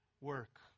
work